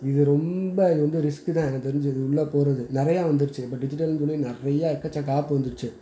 இது ரொம்ப இது வந்து ரிஸ்க்கு தான் எனக்கு தெரிஞ்சு இது உள்ளே போவது நிறையா வந்துருச்சு இப்போ டிஜிட்டல்னு சொல்லி நிறையா எக்கச்சக்க ஆப்பு வந்துருச்சு